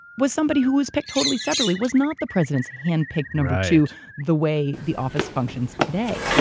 was somebody who was picked totally separately, was not the president's handpicked number two the way the office functions today.